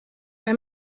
que